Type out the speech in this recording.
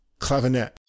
clavinet